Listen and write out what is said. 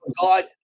God